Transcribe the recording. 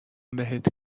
بهت